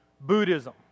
Buddhism